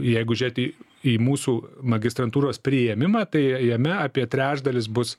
jeigu žiūrėt į į mūsų magistrantūros priėmimą tai jame apie trečdalis bus